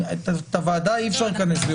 את הוועדה אי אפשר לכנס ביום שישי.